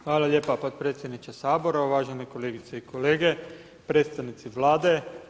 Hvala lijepo potpredsjedniče Sabora, uvažene kolegice i kolege, predstavnici Vlade.